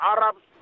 Arabs